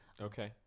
Okay